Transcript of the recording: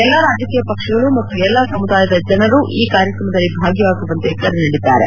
ಎಲ್ಲ ರಾಜಕೀಯ ಪಕ್ಷಗಳು ಮತ್ತು ಎಲ್ಲ ಸಮುದಾಯದ ಜನರು ಈ ಕಾರ್ಯಕ್ರಮದಲ್ಲಿ ಭಾಗಿಯಾಗುವಂತೆ ಕರೆ ನೀಡಿದ್ದಾರೆ